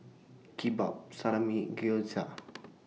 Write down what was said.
Kimbap Salami Gyoza